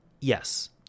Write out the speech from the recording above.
Yes